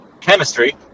chemistry